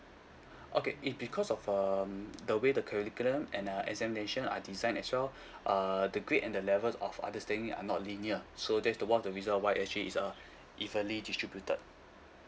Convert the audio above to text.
okay it's because of um the way the curriculum and uh examination are designed as well err the grade and the levels of other staying are not linear so that's the one of the reason why actually it's uh evenly distributed